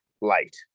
light